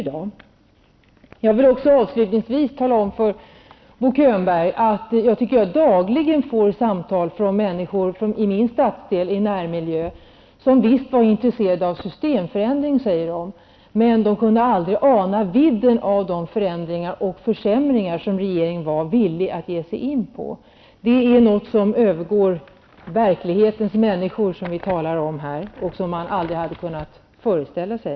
Avslutningsvis vill jag tala om för Bo Könberg att jag dagligen får samtal från människor i min närmiljö som säger att de är intresserade av systemförändringar men att de aldrig kunde ana vidden av de förändringar och försämringar som regeringen är villig att ge sig in på. Det är något som övergår verklighetens människor och som de aldrig hade kunnat föreställa sig.